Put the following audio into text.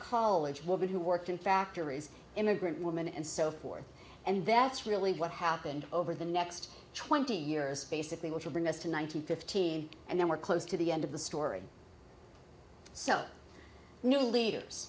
college women who worked in factories immigrant women and so forth and that's really what happened over the next twenty years basically which will bring us to nine hundred fifteen and then we're close to the end of the story so new leaders